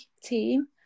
team